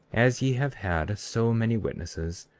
as ye have had so many witnesses,